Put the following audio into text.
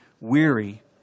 weary